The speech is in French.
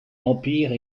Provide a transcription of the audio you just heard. empire